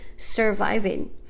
surviving